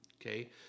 Okay